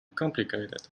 complicated